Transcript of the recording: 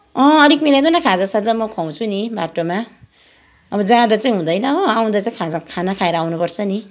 अँ अलिक मिलाइदेऊ न खाजासाजा म खुवाउँछु नि बाटोमा अब जाँदा चाहिँ हुँदैन हो आउँदा चाहिँ खाजा खाना खाएर आउनुपर्छ नि